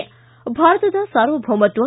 ಿ ಭಾರತದ ಸಾರ್ವಭೌಮತ್ವ